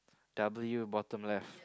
W bottom left